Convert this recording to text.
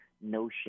notion